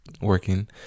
working